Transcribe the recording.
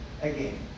again